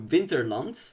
Winterland